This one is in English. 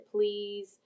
please